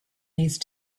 these